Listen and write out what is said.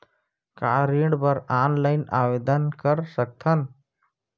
का ऋण बर ऑनलाइन आवेदन कर सकथन?